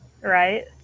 right